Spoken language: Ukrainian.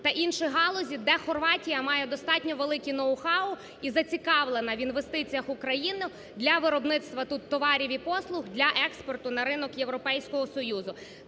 та інших галузей, де Хорватія має достатньо великі ноу-хау і зацікавлена в інвестиціях України для виробництва тут товарів і послуг для експорту на ринок Європейського Союзу.